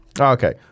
Okay